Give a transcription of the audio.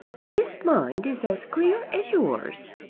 his mind is as clear as yours.